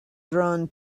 drawn